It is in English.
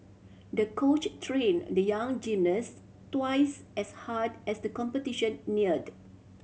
the coach trained the young gymnast twice as hard as the competition neared